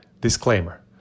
Disclaimer